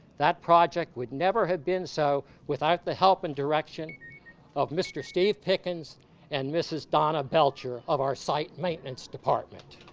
that project would never have been so without the help and direction of mr. steve pickens and mrs. donna belcher of our site maintenance department.